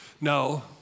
No